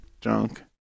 junk